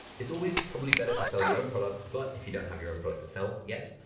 it's always probably better to sell your own products, but if you don't have your own product to sell, yet,